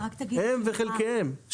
הם וחלקיהם.